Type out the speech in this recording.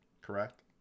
correct